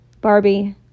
Barbie